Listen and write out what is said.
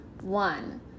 One